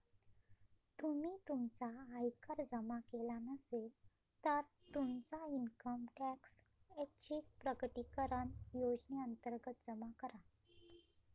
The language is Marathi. तुम्ही तुमचा आयकर जमा केला नसेल, तर तुमचा इन्कम टॅक्स ऐच्छिक प्रकटीकरण योजनेअंतर्गत जमा करा